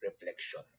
Reflection